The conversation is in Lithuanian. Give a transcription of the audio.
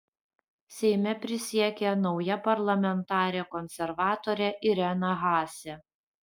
seime prisiekė nauja parlamentarė konservatorė irena haase